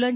लं